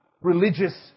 religious